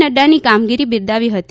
નફાની કામગીરી બિરદાવી હતી